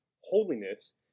holiness